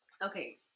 Okay